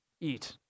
eat